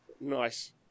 Nice